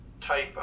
type